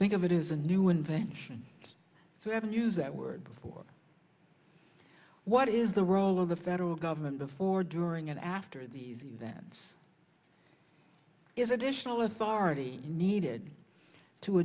think of it is a new invention so i haven't used that word before what is the role of the federal government before during and after these events is additional authority needed to